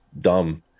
dumb